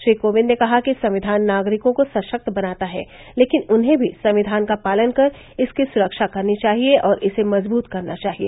श्री कोविंद ने कहा कि संविधान नागरिकों को सशक्त बनाता है लेकिन उन्हें भी संविधान का पालन कर इसकी सुरक्षा करनी चाहिए और इसे मजबूत करना चाहिए